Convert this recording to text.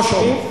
ראש האופוזיציה.